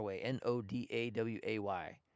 N-O-D-A-W-A-Y